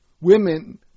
women